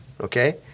okay